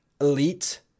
Elite